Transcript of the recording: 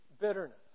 bitterness